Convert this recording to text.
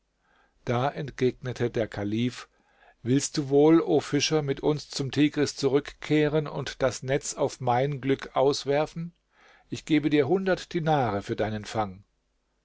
da entgegnete der kalif willst du wohl o fischer mit uns zum tigris zurückkehren und das netz auf mein glück auswerfen ich gebe dir hundert dinare für deinen fang